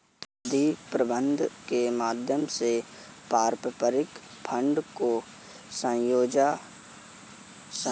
निधि प्रबन्धन के माध्यम से पारस्परिक फंड को संजोया जाता है